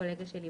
הקולגה שלי,